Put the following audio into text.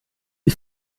die